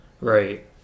Right